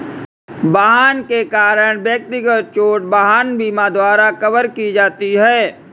वाहन के कारण व्यक्तिगत चोट वाहन बीमा द्वारा कवर की जाती है